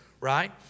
right